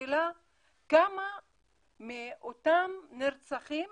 השאלה כמה מאותם נרצחים